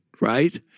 right